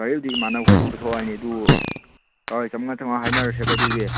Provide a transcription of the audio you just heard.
ꯒꯥꯔꯤꯕꯨꯗꯤ ꯏꯃꯥꯟꯅꯕ ꯈꯣꯏ ꯑꯗꯨꯝ ꯄꯨꯊꯣꯛꯂꯅꯤ ꯑꯗꯨ ꯍꯣꯏ ꯆꯥꯝꯉꯥ ꯆꯥꯝꯉꯥ ꯍꯥꯏꯅꯔꯁꯦꯀꯣ ꯑꯗꯨꯗꯤ